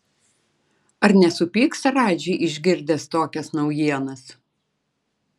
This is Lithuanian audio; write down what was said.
ar nesupyks radži išgirdęs tokias naujienas